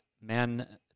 men